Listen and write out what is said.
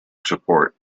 support